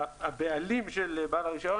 הבעלים של בעל רישיון